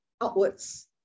outwards